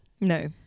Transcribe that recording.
No